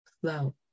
flow